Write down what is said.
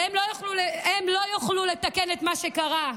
והם לא יוכלו לתקן את מה שקרה.